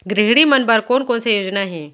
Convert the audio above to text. गृहिणी मन बर कोन कोन से योजना हे?